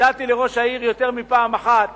הצעתי לראש העיר יותר מפעם אחת